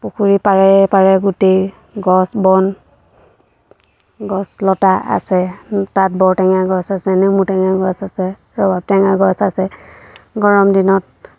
পুখুৰীৰ পাৰে পাৰে গোটেই গছ বন গছ লতা আছে তাত বৰ টেঙা গছ আছে নেমু টেঙা গছ আছে ৰবাব টেঙা গছ আছে গৰম দিনত